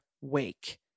wake